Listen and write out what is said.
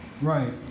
Right